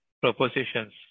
propositions